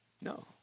No